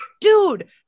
dude